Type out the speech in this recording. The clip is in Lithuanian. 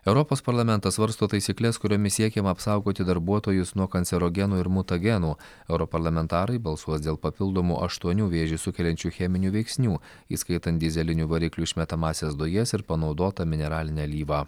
europos parlamentas svarsto taisykles kuriomis siekiama apsaugoti darbuotojus nuo kancerogenų ir mutagenų europarlamentarai balsuos dėl papildomų aštuonių vėžį sukeliančių cheminių veiksnių įskaitant dyzelinių variklių išmetamąsias dujas ir panaudotą mineralinę alyvą